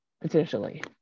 potentially